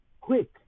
quick